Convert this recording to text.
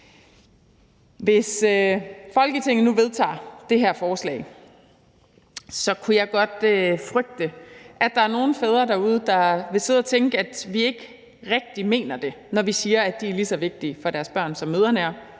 Hvis Folketinget nu vedtager det her forslag, kunne jeg godt frygte, at der var nogle fædre derude, der ville sidde og tænke, at vi ikke rigtig mener det, når vi siger, at de er lige så vigtige for deres børn, som mødrene er